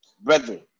Brethren